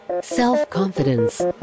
self-confidence